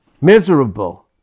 Miserable